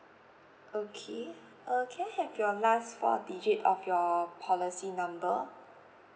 okay uh can I have your last four digit of your policy number